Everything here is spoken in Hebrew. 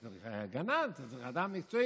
אתה צריך גנן, אתה צריך אדם מקצועי.